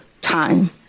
time